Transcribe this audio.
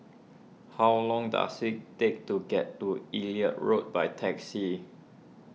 how long does it take to get to Elliot Road by taxi